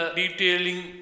detailing